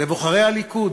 לבוחרי הליכוד,